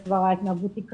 אז כבר ההתנהגות היא קשה,